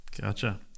Gotcha